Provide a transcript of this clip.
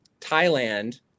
Thailand